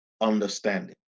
understanding